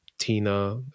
Tina